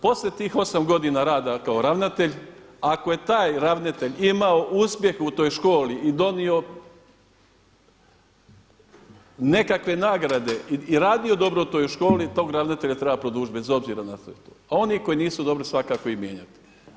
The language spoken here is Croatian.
Poslije tih osam godina rada kao ravnatelj ako je taj ravnatelj imao uspjeh u toj školi i donio nekakve nagrade i radio dobro toj školi tog ravnatelja treba produžiti bez obzira na sve to, a oni koji nisu dobri svakako ih mijenjati.